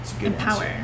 Empower